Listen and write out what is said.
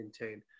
maintain